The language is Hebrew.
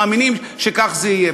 מאמינים שכך זה יהיה.